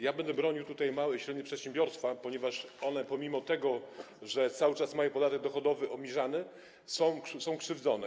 Ja będę bronił tutaj małych i średnich przedsiębiorstw, ponieważ one, pomimo że cały czas mają podatek dochodowy obniżany, są krzywdzone.